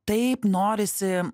taip norisi